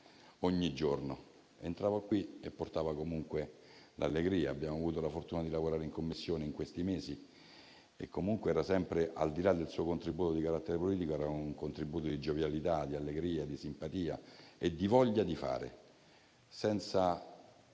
ogni giorno, entrando qui, e portava comunque l'allegria. Abbiamo avuto la fortuna di lavorare in Commissione in questi mesi e comunque, al di là del suo contributo di carattere politico, portava sempre un contributo di giovialità, di allegria, di simpatia e di voglia di fare,